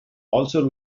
also